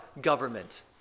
government